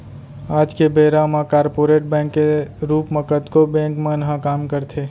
आज के बेरा म कॉरपोरेट बैंक के रूप म कतको बेंक मन ह काम करथे